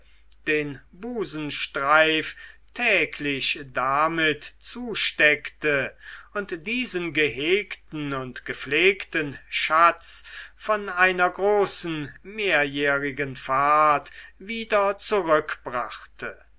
den busenstreif täglich damit zusteckte und diesen gehegten und gepflegten schatz von einer großen mehrjährigen fahrt wieder